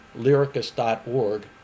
Lyricus.org